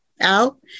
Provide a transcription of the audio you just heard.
Out